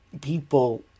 people